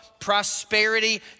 prosperity